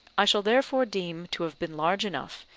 i shall therefore deem to have been large enough,